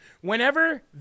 whenever